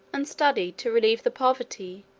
and studied to relieve the poverty,